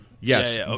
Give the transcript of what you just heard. Yes